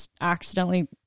accidentally